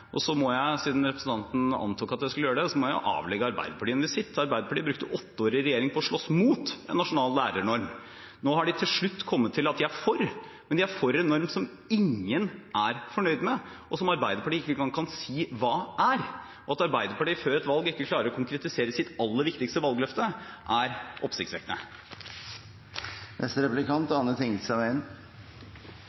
lærere. Så må jeg, siden representanten antok at jeg skulle gjøre det, avlegge Arbeiderpartiet en visitt. Arbeiderpartiet brukte åtte år i regjering på å slåss mot en nasjonal lærernorm. Nå har de til slutt kommet til at de er for, men de er for en norm som ingen er fornøyd med, og som Arbeiderpartiet ikke engang kan si hva er. At Arbeiderpartiet før valg ikke klarer å konkretisere sitt aller viktigste valgløfte, er